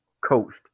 coached